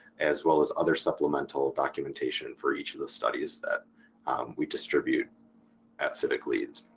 as well as other supplemental documentation for each of the studies that we distribute at civicleads.